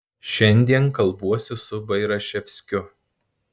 šiandien kalbuosi su bairaševskiu